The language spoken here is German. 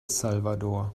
salvador